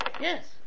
Yes